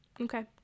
Okay